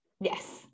Yes